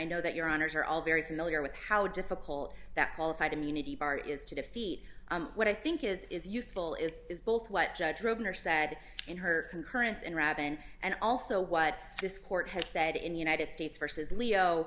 know that your honour's are all very familiar with how difficult that qualified immunity bar is to defeat what i think is useful it is both what judge driven or said in her concurrence in rabun and also what this court has said in the united states versus leo